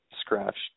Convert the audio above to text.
scratched